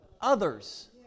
others